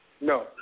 No